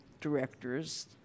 directors